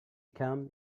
come